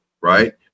right